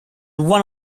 one